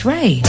Ray